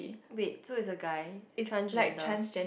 wait so is a guy transgender